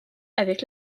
avec